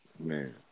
man